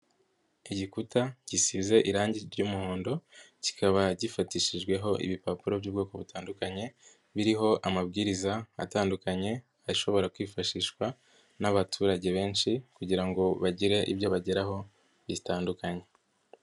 Igikuta gisize irangi ry'umuhondo kikaba gifatishijweho ibipapuro by'ubwoko butandukanye biriho amabwiriza atandukanye ashobora kwifashishwa n'abaturage benshi kugira ngo bagire ibyo bageraho bitandukanye.